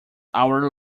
hour